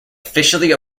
officially